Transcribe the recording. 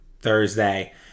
Thursday